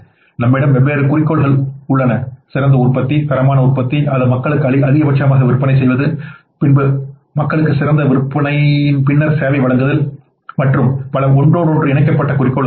நம்மிடம் வெவ்வேறு குறிக்கோள்கள் உள்ளன சிறந்த உற்பத்தி தரமான உற்பத்தி அதை மக்களுக்கு அதிகபட்சமாக விற்பனை செய்வது பின்னர் மக்களுக்கு சிறந்த விற்பனையின் பின்னர் சேவையை வழங்குதல் மற்றும் பல ஒன்றோடொன்று இணைக்கப்பட்ட குறிக்கோள்கள் ஆகும்